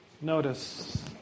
Notice